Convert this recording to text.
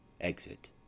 Exit